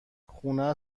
خونه